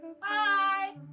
Bye